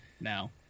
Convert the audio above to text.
now